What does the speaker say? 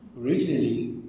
originally